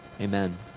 Amen